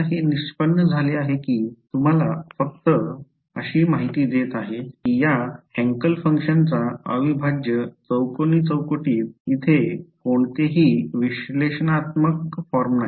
आता हे निष्पन्न झाले आहे की मी तुम्हाला फक्त अशी माहिती देत आहे की या हँकेल फंक्शनचा अविभाज्य चौकोनी चौकटीत तेथे कोणतेही विश्लेषणात्मक फॉर्म नाही